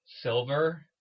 Silver